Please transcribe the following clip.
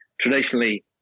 traditionally